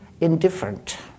indifferent